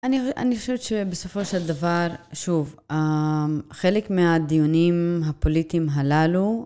אני חושבת שבסופו של דבר, שוב, חלק מהדיונים הפוליטיים הללו